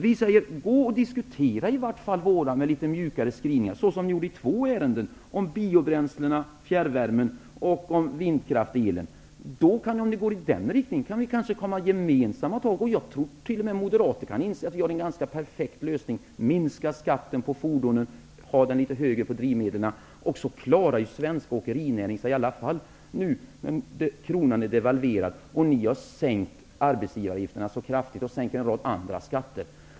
Vi säger: Diskutera åtminstone våra förslag med litet mjukare skrivningar såsom skedde i två ärenden, ett om biobränslena och fjärrvärmen och ett om vindkraften. Då kan vi kanske ta gemensamma tag. Jag tror att t.o.m. Moderaterna kan inse att vi har en perfekt lösning: minska skatten på fordon men höj den på drivmedel. Svensk åkerinäring klarar sig i alla fall, sedan kronan har devalverats och ni har sänkt arbetsgivaravgifterna så kraftigt och en rad andra skatter.